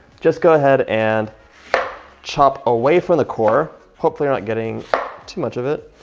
just go ahead and chop away from the core, hopefully not getting too much of it.